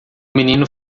menino